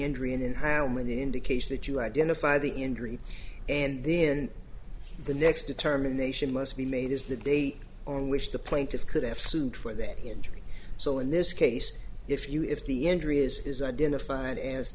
injury and how many indicates that you identify the injury and then the next determination must be made is the date on which the plaintiff could have sued for that injury so in this case if you if the injury is identified as